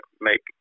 make